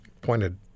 Pointed